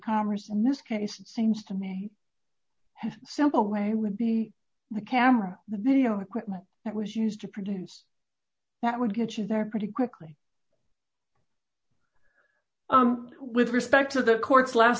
commerce in this case it seems to me a simple way would be the camera the video equipment that was used to produce that would get you there pretty quickly with respect to the court's last